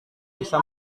bisa